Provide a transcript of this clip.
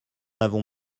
avons